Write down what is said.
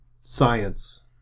science